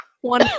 one